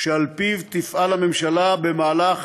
שעל-פיו תפעל הממשלה במהלך